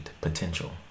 potential